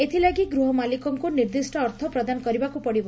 ଏଥିଲାଗି ଗିହ ମାଲିକଙ୍କୁ ନିର୍ଦିଷ୍ ଅର୍ଥ ପ୍ରଦାନ କରିବାକୁ ପଡ଼ିବ